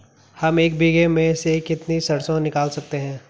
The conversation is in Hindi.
हम एक बीघे में से कितनी सरसों निकाल सकते हैं?